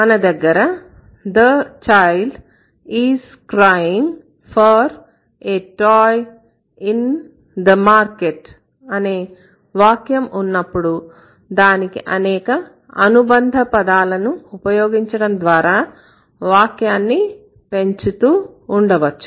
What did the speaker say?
మన దగ్గర The child is crying for a toy in the market అనే వాక్యం ఉన్నప్పుడు దానికి అనేక అనుబంధ పదాలను ఉపయోగించడం ద్వారా వాక్యాన్ని పెంచుతూ ఉండవచ్చు